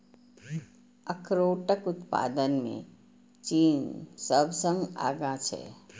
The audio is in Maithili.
अखरोटक उत्पादन मे चीन सबसं आगां छै